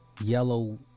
yellow